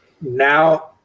Now